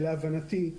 שלהבנתי,